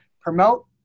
promote